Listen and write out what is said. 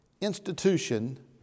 institution